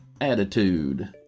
attitude